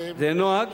זה נוהג,